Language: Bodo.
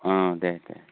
औ दे दे दे